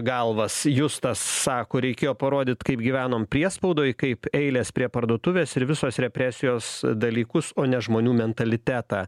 galvas justas sako reikėjo parodyt kaip gyvenom priespaudoj kaip eilės prie parduotuvės ir visos represijos dalykus o ne žmonių mentalitetą